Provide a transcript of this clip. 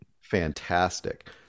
fantastic